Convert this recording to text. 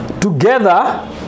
Together